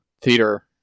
theater